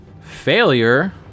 failure